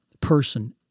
person